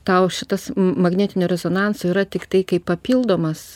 tau šitas magnetinio rezonanso yra tiktai kaip papildomas